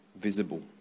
visible